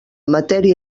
matèria